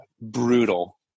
brutal